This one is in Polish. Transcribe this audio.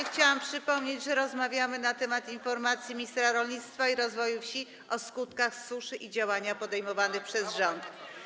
Chciałabym przypomnieć, że rozmawiamy na temat informacji ministra rolnictwa i rozwoju wsi o skutkach suszy i działaniach podejmowanych przez rząd.